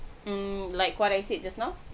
mm like what I said just now